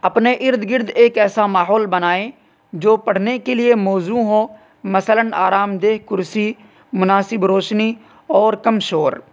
اپنے ارد گرد ایک ایسا ماحول بنائیں جو پڑھنے کے لیے موزوں ہو مثلاً آرام دہ کرسی مناسب روشنی اور کم شور